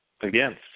Again